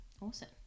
awesome